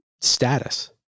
status